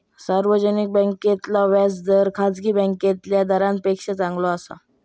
सार्वजनिक बॅन्कांतला व्याज दर खासगी बॅन्कातल्या दरांपेक्षा चांगलो असता